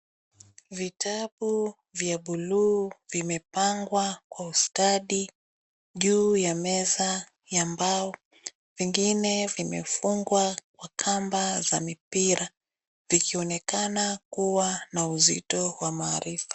Vitabu vya buluu vimepangwa kwa ustadi juu ya meza ya mbao. Vingine vimefungwa kwa kamba za mipira vikionekana kuwa na uzito wa maarifa.